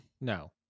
No